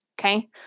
Okay